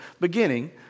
beginning